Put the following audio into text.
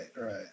right